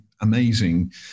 amazing